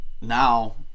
now